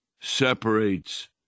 separates